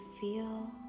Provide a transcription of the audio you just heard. feel